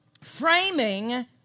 framing